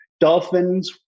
Dolphins